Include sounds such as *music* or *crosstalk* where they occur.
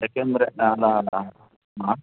ಯಾಕೆಂದ್ರೆ ನಾನು *unintelligible*